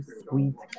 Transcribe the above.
sweet